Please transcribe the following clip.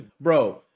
Bro